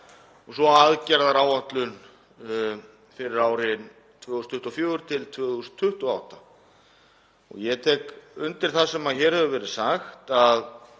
og svo aðgerðaáætlun fyrir árin 2024–2028. Ég tek undir það sem hér hefur verið sagt, að